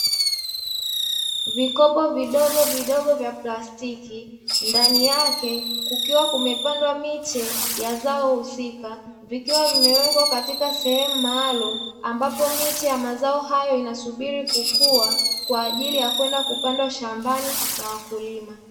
Vikopo vidogovidogo vya plastiki, ndani yake kukiwa kumepandwa miche ya zao husika, vikiwa vimewekwa katika sehemu maalumu ambapo miche ya mazao hayo inasubiri kukua kwa ajili ya kwenda kupandwa shambani na wakulima.